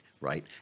right